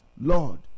Lord